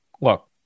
look